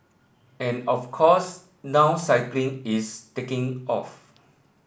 and of course now cycling is taking off